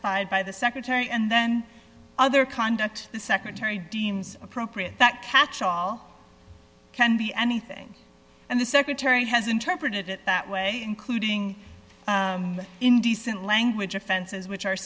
specified by the secretary and then other conduct the secretary deems appropriate that catchall can be anything and the secretary has interpreted it that way including indecent language offenses which